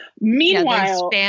Meanwhile